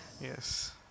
Yes